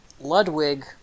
Ludwig